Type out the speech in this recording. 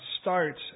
starts